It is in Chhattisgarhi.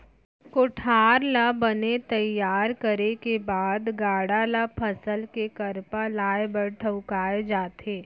कोठार ल बने तइयार करे के बाद गाड़ा ल फसल के करपा लाए बर ठउकाए जाथे